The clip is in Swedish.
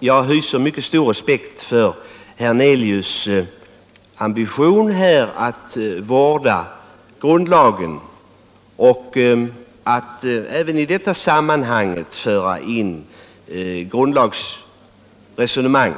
jag mycket stor respekt för herr Hernelius ambition att vårda grundlagen och att även i detta sammanhang föra in grundlagsresonemang.